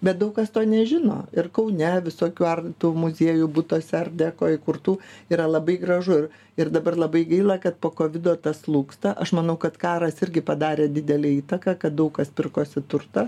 bet daug kas to nežino ir kaune visokių ar tų muziejų butuose ardeko įkurtų yra labai gražu ir ir dabar labai gaila kad po kovido tas slūgsta aš manau kad karas irgi padarė didelę įtaką kad daug kas pirkosi turtą